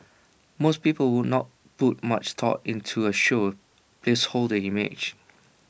most people would not put much thought into A show's placeholder image